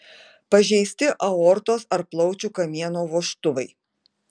pažeisti aortos ar plaučių kamieno vožtuvai